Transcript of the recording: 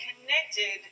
connected